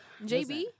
jb